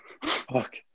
fuck